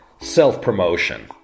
self-promotion